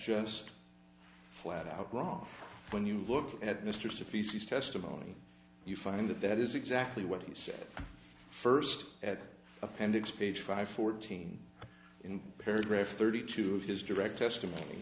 just flat out wrong when you look at mr sophistries testimony you find that that is exactly what he said first at appendix page five fourteen in paragraph thirty two of his direct testimony